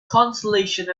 consolation